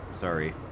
sorry